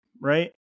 right